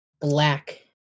black